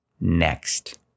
next